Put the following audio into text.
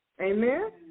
Amen